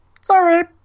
Sorry